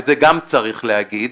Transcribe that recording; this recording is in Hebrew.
צריך להגיד,